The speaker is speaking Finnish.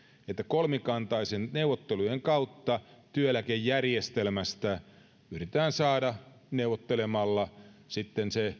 että kolmikantaisten neuvottelujen kautta työeläkejärjestelmästä yritetään saada neuvottelemalla sitten se